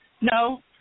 no